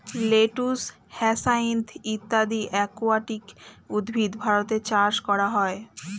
lettuce, hyacinth ইত্যাদি aquatic উদ্ভিদ ভারতে চাষ করা হয়